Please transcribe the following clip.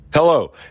Hello